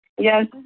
Yes